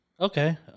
Okay